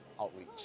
outreach